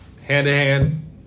Hand-to-hand